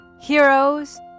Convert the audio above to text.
heroes